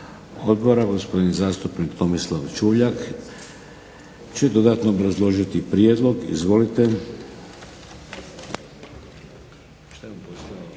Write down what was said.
Odbora gospodin zastupnik Tomislav Čuljak će dodatno obrazložiti prijedlog. Izvolite. **Čuljak,